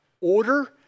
Order